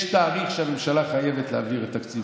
יש תאריך שבו הממשלה חייבת להעביר את תקציב